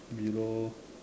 below